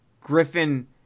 Griffin